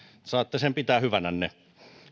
saatte sen pitää hyvänänne